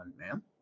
ma'am